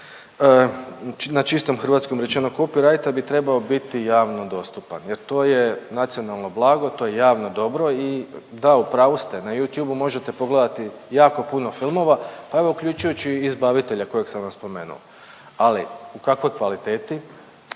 na čistom hrvatskom rečeno copywriter da bi trebao biti javno dostupan jer to je nacionalno blago, to je javno dobro i da u pravu ste na Youtube možete pogledati jako puno filmova pa evo uključujući i Izbavitelja kojeg sam vam spomenuo, ali u kakvoj kvaliteti